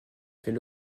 fait